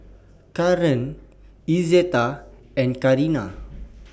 Karren Izetta and Carina